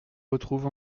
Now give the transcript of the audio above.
retrouve